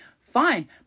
fine